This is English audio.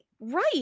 Right